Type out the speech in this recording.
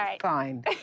fine